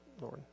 Lord